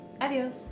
Adios